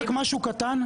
אפשר רק משהו קטן?